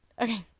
Okay